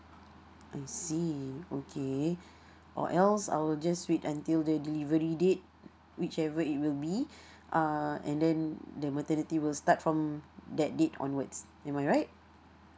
I see okay or else I will just wait until the delivery date which ever it will be uh and then the maternity will start from that date onwards am I right